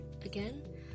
Again